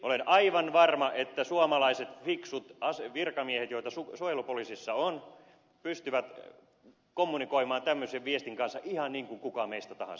olen aivan varma että suomalaiset fiksut virkamiehet joita suojelupoliisissa on pystyvät kommunikoimaan tämmöisen viestin kanssa ihan niin kuin kuka meistä tahansa